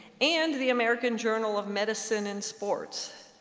and the american journal of medicine and sports.